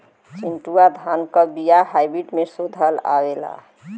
चिन्टूवा धान क बिया हाइब्रिड में शोधल आवेला?